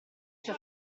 sia